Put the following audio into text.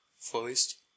First